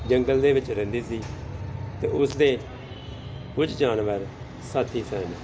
ਜੰਗਲ ਦੇ ਵਿੱਚ ਰਹਿੰਦੀ ਸੀ ਅਤੇ ਉਸਦੇ ਕੁਝ ਜਾਨਵਰ ਸਾਥੀ ਸਨ